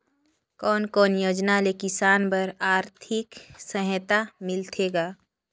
कोन कोन योजना ले किसान बर आरथिक सहायता मिलथे ग?